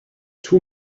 two